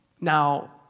Now